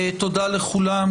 תודה לכולם.